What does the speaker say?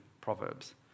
Proverbs